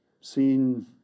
seen